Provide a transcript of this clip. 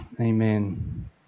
amen